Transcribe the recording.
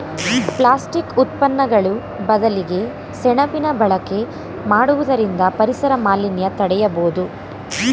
plastic ಉತ್ಪನ್ನಗಳು ಬದಲಿಗೆ ಸೆಣಬಿನ ಬಳಕೆ ಮಾಡುವುದರಿಂದ ಪರಿಸರ ಮಾಲಿನ್ಯ ತಡೆಯಬೋದು